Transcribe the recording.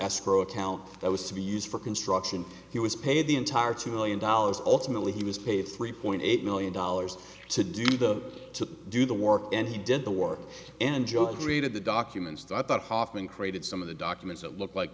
escrow account that was to be used for construction he was paid the entire two million dollars alternately he was paid three point eight million dollars to do the to do the work and he did the work and joe read the documents that hoffman created some of the documents that looked like